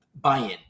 buy-in